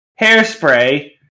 Hairspray